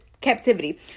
captivity